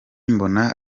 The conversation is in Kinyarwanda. mbona